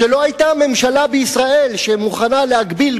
שלא היתה ממשלה בישראל שמוכנה להגביל